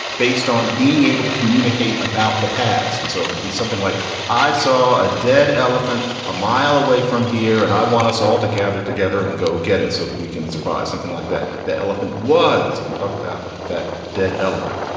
based on being able to communicate about the past. and so it would be something like i saw a dead elephant a mile away from here and i want us all to gather together and go get it so that we can survive something like that. the elephant was you can talk about that dead elephant.